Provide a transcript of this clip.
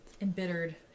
Embittered